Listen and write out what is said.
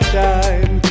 time